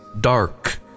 dark